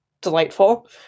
delightful